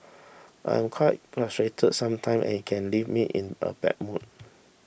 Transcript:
I am quite frustrated sometimes and it can leave me in a bad mood